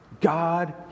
God